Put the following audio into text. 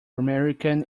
american